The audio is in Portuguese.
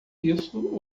isso